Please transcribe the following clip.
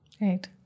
Right